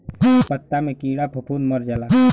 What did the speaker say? पत्ता मे कीड़ा फफूंद मर जाला